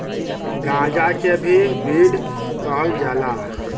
गांजा के भी वीड कहल जाला